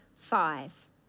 Five